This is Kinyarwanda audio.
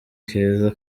keza